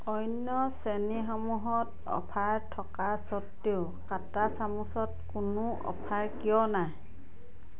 অন্য শ্ৰেণীসমূহত অ'ফাৰ থকা স্বত্ত্বেও কাটা চামুচত কোনো অ'ফাৰ কিয় নাই